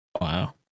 Wow